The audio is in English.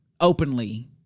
openly